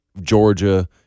Georgia